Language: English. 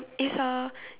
it's a